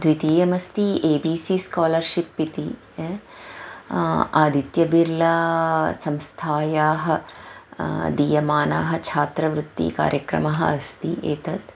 द्वितीयमस्ति A B C scholarship इति आदित्यबिर्लासंस्थायाः दीयमानः छात्रवृत्तिकार्यक्रमः अस्ति एतत्